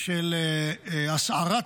של הסערת